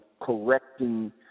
correcting